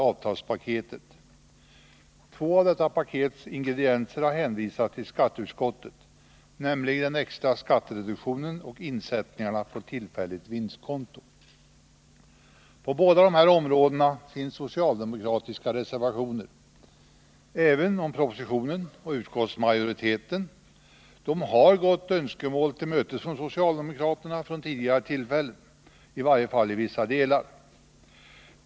avtalspaketet. Två av detta pakets ingredienser har hänvisats till skatteutskottet, nämligen den extra skattereduktionen och insättningarna på tillfälligt vinstkonto. På båda områdena finns socialdemokratiska reservationer, även om propositionen och utskottsmajoriteten gått tidigare önskemål från socialdemokraterna till mötes, i varje fall i vissa delar.